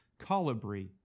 Colibri